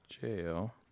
jail